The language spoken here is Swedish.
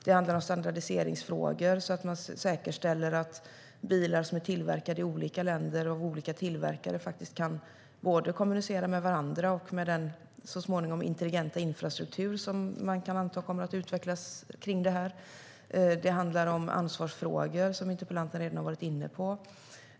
Det handlar om standardiseringsfrågor, så att man säkerställer att bilar från olika länder och olika tillverkare kan kommunicera med varandra och med den intelligenta infrastruktur som man kan anta kommer att utvecklas. Det handlar om ansvarsfrågor, som interpellanten redan har varit inne på.